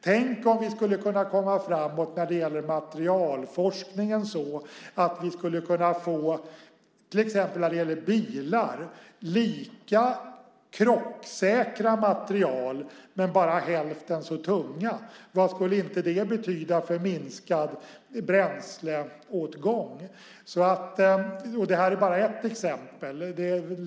Tänk om vi skulle kunna komma framåt när det gäller materialforskningen så att vi till exempel när det gäller bilar skulle kunna få lika krocksäkra material men bara hälften så tunga! Vad skulle inte det betyda för minskad bränsleåtgång! Och detta är bara ett exempel.